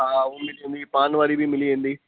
हा हू मिलंदी पान वारी बि मिली वेंदी